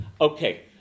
Okay